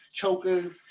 chokers